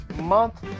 Month